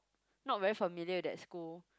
not very familiar with that school